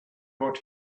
what